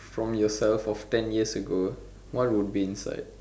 from yourself of ten years ago what would be inside